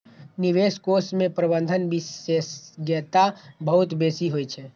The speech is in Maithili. निवेश कोष मे प्रबंधन विशेषज्ञता बहुत बेसी होइ छै